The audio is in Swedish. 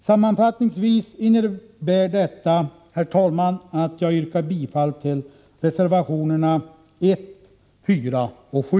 Sammanfattningsvis innebär detta, herr talman, att jag yrkar bifall till reservationerna 1, 4 och 7.